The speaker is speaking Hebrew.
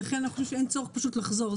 ולכן אנחנו חושבים שאין צורך לחזור על הדברים.